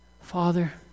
Father